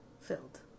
filled